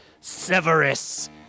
Severus